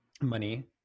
money